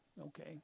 Okay